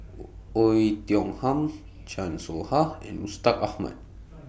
Oei Tiong Ham Chan Soh Ha and Mustaq Ahmad